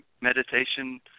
meditation